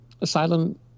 asylum